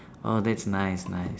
oh that's nice nice